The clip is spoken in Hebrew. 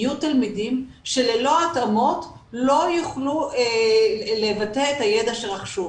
יהיו תלמידים שללא התאמות לא יוכלו לבטא את הידע שרכשו.